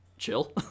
chill